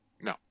No